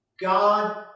God